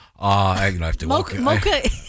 Mocha